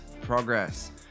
progress